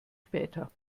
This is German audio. später